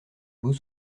beaux